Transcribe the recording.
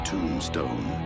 Tombstone